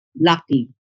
lucky